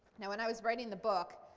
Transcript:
now, when i was writing the book